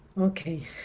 okay